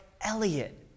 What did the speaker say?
Elliot